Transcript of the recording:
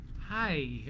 hi